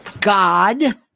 God